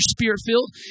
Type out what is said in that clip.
spirit-filled